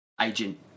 agent